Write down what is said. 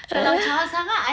!huh!